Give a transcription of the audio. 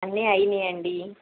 అన్నీ అయినాయి అండి